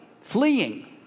fleeing